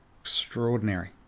Extraordinary